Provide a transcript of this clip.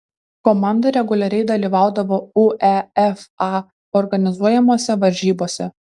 komanda reguliariai dalyvaudavo uefa organizuojamose varžybose